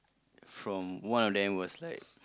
from one of them was like